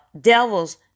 devils